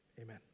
amen